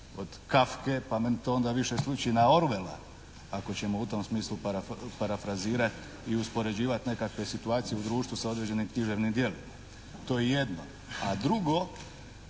od Kafke, pa meni to onda više sliči na Orwela, ako ćemo u tom smislu parafrazirati i uspoređivati nekakve situacija u društvu sa određenim književnim djelima. To je jedno, A drugo,